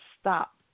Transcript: stop